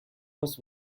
was